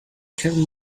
kevin